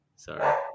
Sorry